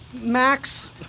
Max